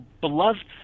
beloved